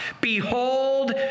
Behold